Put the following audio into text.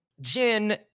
Jin